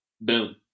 Boom